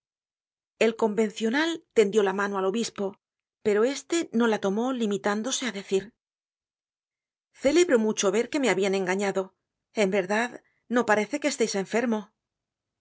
el convencional tendió la mano al obispo pero este no la tomó limitándose á decir celebro mucho ver que me habian engañado en verdad no parece que esteis enfermo